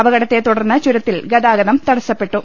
അപകടത്തെ തുടർന്ന് ചുരത്തിൽ ഗതാഗതം തടസ്സപ്പെട്ടു